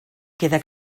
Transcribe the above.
queda